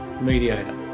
mediator